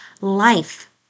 life